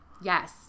Yes